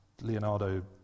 Leonardo